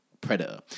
predator